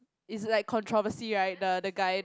it's like controversy right the the guy